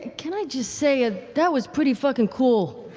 can i just say, ah that was pretty fucking cool?